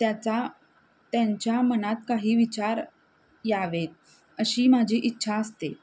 त्याचा त्यांच्या मनात काही विचार यावेत अशी माझी इच्छा असते